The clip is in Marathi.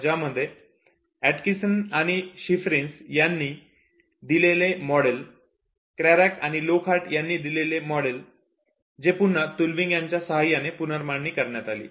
यामध्ये ऍटकिंसन्स आणि शिफरिन्स यांनी दिलेले मॉडेल क्रॅरॅक आणि लॉकहार्ट यांनी दिलेले मॉडेल जे पुन्हा तुलविंग यांच्या सहाय्याने पुनर्मांडणी करण्यात आली